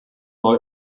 neu